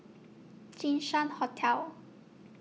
Jinshan Hotel